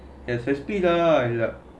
and safety lah